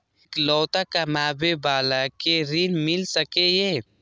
इकलोता कमाबे बाला के ऋण मिल सके ये?